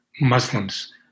Muslims